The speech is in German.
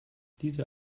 diese